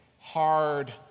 hard